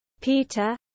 Peter